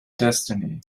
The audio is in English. destiny